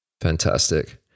Fantastic